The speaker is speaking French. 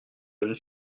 jeune